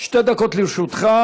שתי דקות לרשותך.